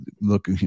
look